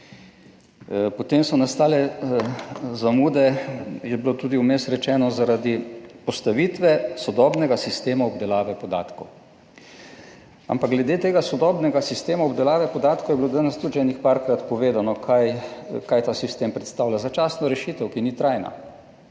Potem so nastale zamude, je bilo tudi vmes rečeno, zaradi postavitve sodobnega sistema obdelave podatkov. Ampak glede tega sodobnega sistema obdelave podatkov je bilo danes tudi že enih parkrat povedano kaj ta sistem predstavlja. Začasno rešitev, ki ni trajna.